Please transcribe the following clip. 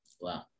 Wow